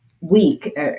week